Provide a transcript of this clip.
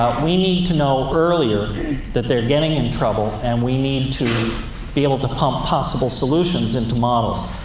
we need to know earlier that they're getting in trouble, and we need to be able to pump possible solutions into models.